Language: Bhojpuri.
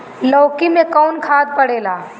लौकी में कौन खाद पड़ेला?